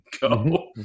go